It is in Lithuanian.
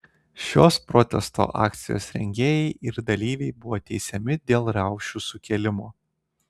šios protesto akcijos rengėjai ir dalyviai buvo teisiami dėl riaušių sukėlimo